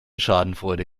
schadenfreude